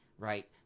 Right